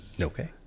Okay